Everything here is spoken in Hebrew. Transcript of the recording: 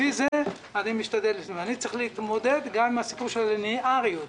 אני צריך להתמודד גם עם הסיפור של הלינאריות,